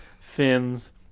fins